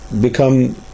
become